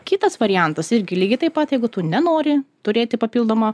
kitas variantas irgi lygiai taip pat jeigu tu nenori turėti papildomo